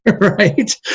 Right